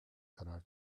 karar